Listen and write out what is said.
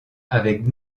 avec